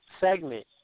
segment